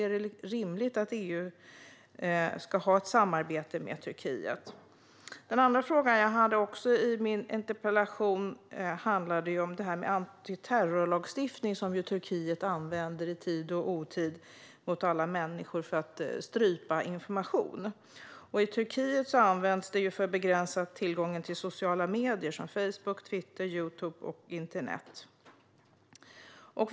Är det rimligt att EU ska ha ett samarbete med Turkiet? Den andra frågan i min interpellation handlade om det här med antiterrorlagstiftning, som Turkiet ju använder i tid och otid mot alla människor för att strypa information. I Turkiet används antiterrorlagstiftning för att begränsa tillgången till internet och sociala medier som Facebook, Twitter och Youtube.